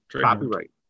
Copyright